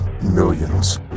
Millions